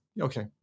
Okay